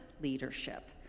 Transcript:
leadership